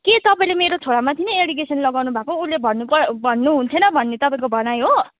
के तपाईँले मेरो छोरामाथि नै एलिगेसन लगाउनुभएको उसले भन्नुप भन्नुहुन्थेन भन्ने तपाईँहरूको भनाइ हो